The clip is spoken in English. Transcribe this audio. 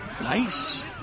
Nice